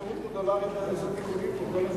יש לך אפשרות מודולרית לעשות תיקונים פה כל הזמן.